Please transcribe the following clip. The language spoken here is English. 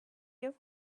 you